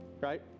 right